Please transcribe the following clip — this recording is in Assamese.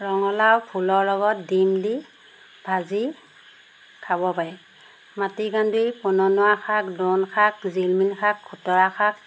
ৰঙালাও ফুলৰ লগত ডিম দি ভাজি খাব পাৰে মাটি কান্দুৰী পনৌনোৱা শাক দন শাক জিলমিল শাক খুটৰা শাক